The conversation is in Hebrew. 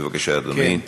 בבקשה, אדוני.